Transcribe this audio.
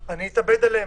אני אתאבד עליהם,